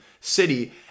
City